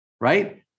right